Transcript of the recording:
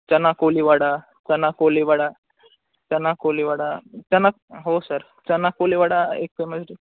चना कोलीवाडा चना कोलीवाडा चना कोलीवाडा चना हो सर चना कोलीवाडा एक famous dish